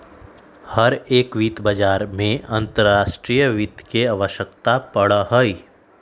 हर एक वित्त बाजार में अंतर्राष्ट्रीय वित्त के आवश्यकता पड़ा हई